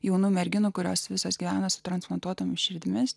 jaunų merginų kurios visos gyvena su transplantuotomis širdimis